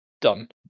Done